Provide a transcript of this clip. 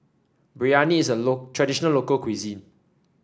biryani is a traditional local cuisine